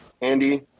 Andy